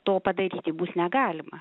to padaryti bus negalima